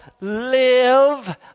live